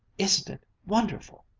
isn't it wonderful!